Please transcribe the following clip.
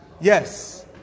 yes